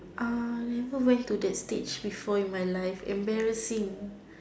uh never went to that stage before in my life embarrassing